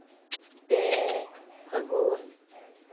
ᱯᱮ ᱯᱷᱟᱹᱜᱩᱱ